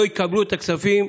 לא יקבלו את הכספים,